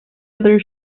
other